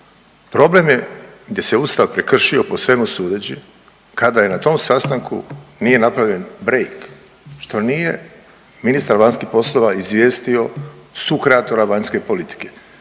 problem je gdje se Ustav prekršio po svemu sudeći kada je na tom sastanku nije napravljen break što nije ministar vanjskih poslova izvijestio sukreatora vanjske politike.